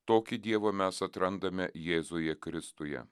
tokį dievą mes atrandame jėzuje kristuje